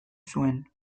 zuen